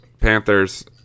panthers